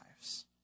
lives